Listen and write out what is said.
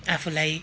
आफूलाई